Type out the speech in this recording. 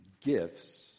gifts